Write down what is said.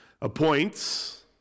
Appoints